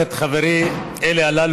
אני רוצה לברך את חברי אלי אלאלוף,